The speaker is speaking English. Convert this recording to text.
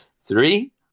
three